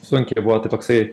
sunkiai buvo tai toksai